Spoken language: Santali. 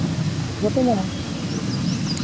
ᱡᱷᱚᱛᱚ ᱧᱟᱢᱚᱜᱼᱟ